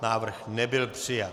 Návrh nebyl přijat.